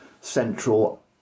central